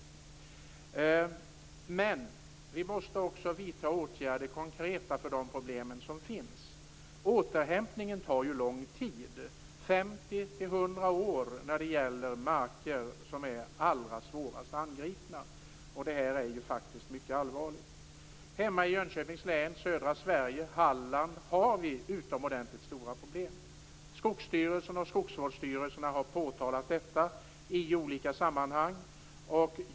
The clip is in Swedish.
Men vi måste också vidta konkreta åtgärder för de problem som finns. Återhämtningen tar lång tid, 50 100 år när det gäller de marker som är allra svårast angripna, och detta är mycket allvarligt. Halland är problemen utomordentligt stora. Skogsstyrelsen och skogsvårdsstyrelserna har påtalat detta i olika sammanhang.